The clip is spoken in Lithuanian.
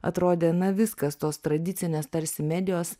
atrodė na viskas tos tradicinės tarsi medijos